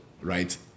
right